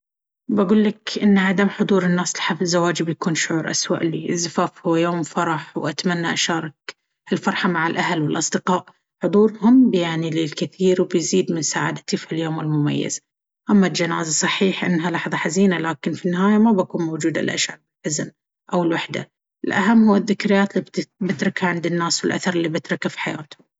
بقول لك إن عدم حضور الناس لحفل زواجي بيكون شعور أسوأ لي. الزفاف هو يوم فرح وأتمنى أشارك هالفرحة مع الأهل والأصدقاء. حضورهم بيعني لي الكثير وبيزيد من سعادتي في هاليوم المميز. أما الجنازة، صحيح إنها لحظة حزينة، لكن في النهاية ما بكون موجودة لأشعر بالحزن أو الوحدة. الأهم هو الذكريات اللي بتركها عند الناس والأثر اللي بتركه في حياتهم.